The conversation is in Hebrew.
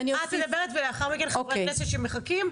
הדס, את מדברת ולאחר מכן חברי כנסת שמחכים.